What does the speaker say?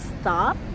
stop